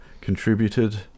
contributed